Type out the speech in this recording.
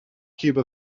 cube